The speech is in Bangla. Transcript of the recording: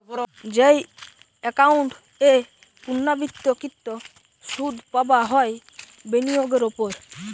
যেই একাউন্ট এ পূর্ণ্যাবৃত্তকৃত সুধ পাবা হয় বিনিয়োগের ওপর